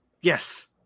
Yes